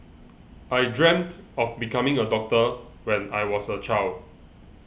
I dreamt of becoming a doctor when I was a child